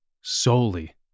solely